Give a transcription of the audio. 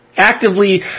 actively